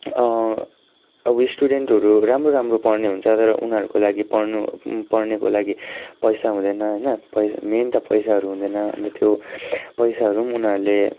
अब स्टुडेन्टहरू राम्रो राम्रो पढ्ने हुन्छ तर उनीहरूको लागि पढ्नु पढ्नेको लागि पैसा हुँदैन होइन पैसा मेन त पैसाहरू हुँदैन अन्त त्यो पैसाहरू पनि उनीहरूले